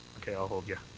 okay. i'll hold you.